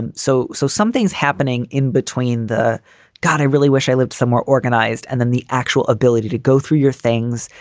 and so so something's happening in between the god. i really wish i lived somewhere organized. and then the actual ability to go through your things,